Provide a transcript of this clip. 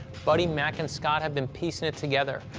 buddy, mac and scott have been piecing it together,